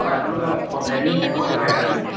হয় আপোনালোকে এদিন থাকিবও লাগিব এৰাতি